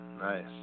Nice